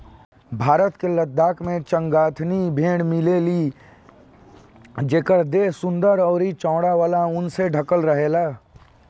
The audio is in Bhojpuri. भारत के लद्दाख में चांगथांगी भेड़ मिलेली जेकर देह सुंदर अउरी चौड़ा वाला ऊन से ढकल रहेला